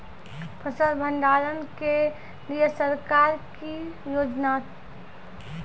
फसल भंडारण के लिए सरकार की योजना?